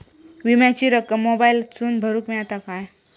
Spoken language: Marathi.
विमाची रक्कम मोबाईलातसून भरुक मेळता काय?